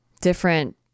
different